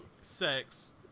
sex